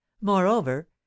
moreover